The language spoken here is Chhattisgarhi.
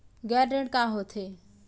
गैर ऋण का होथे?